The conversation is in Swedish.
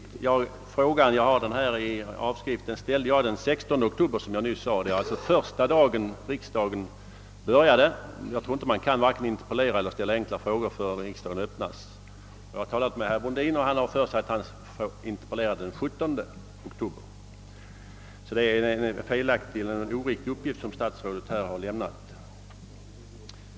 Frågan, som jag har framför mig i avskrift, ställdes som jag nyss sade den 16 oktober — d. v. s. höstsessionens första dag. Jag tror att man varken kan interpellera eller ställa enkla frågor innan en riksdagssession bör jat. Jag har talat med herr Brundin, och såvitt han kunde erinra sig interpellerade han den 17 oktober. Statsrådet har alltså lämnat en oriktig uppgift. Herr talman!